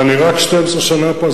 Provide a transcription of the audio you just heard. ואני רק 12 שנה פה,